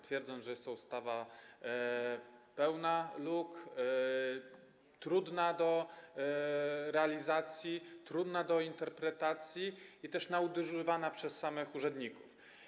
Twierdzą, że jest to ustawa pełna luk, trudna do realizacji, trudna do interpretacji i nadużywana przez samych urzędników.